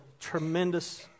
tremendous